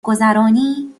گذرانی